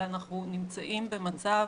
אלא אנחנו נמצאים במצב